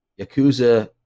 Yakuza